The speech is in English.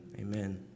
amen